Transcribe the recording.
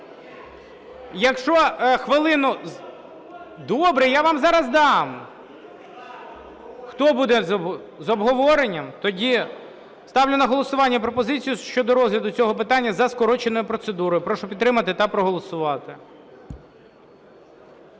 Добре, я зараз вам дам. Хто буде? З обговоренням? Тоді ставлю на голосування пропозицію щодо розгляду цього питання за скороченою процедурою. Прошу підтримати та проголосувати.